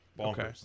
Okay